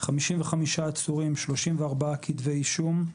55 עצורים, 34 כתבי אישום,